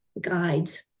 guides